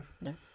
No